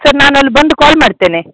sir ನಾನು ಅಲ್ಲಿ ಬಂದು ಕಾಲ್ ಮಾಡ್ತೇನೆ